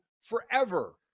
forever